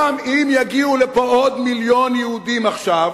גם אם יגיעו לפה עוד מיליון יהודים עכשיו,